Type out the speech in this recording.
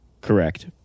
Correct